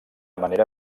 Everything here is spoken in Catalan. manera